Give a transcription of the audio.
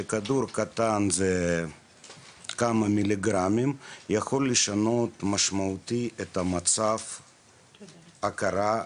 שכדור קטן הוא כמה מיליגרמים ויכול לשנות משמעותית את מצב ההכרה,